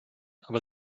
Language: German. aber